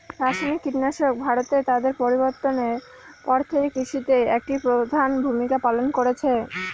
রাসায়নিক কীটনাশক ভারতে তাদের প্রবর্তনের পর থেকে কৃষিতে একটি প্রধান ভূমিকা পালন করেছে